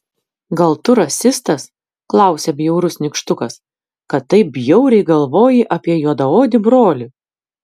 gal tu rasistas klausia bjaurus nykštukas kad taip bjauriai galvoji apie juodaodį brolį